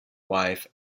wife